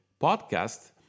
podcast